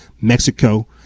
Mexico